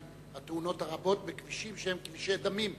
התאונות הרבות בכבישים שהם כבישי דמים,